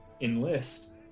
enlist